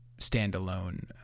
standalone